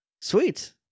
Sweet